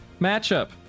matchup